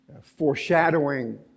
foreshadowing